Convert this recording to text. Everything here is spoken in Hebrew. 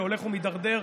שהולך ומידרדר,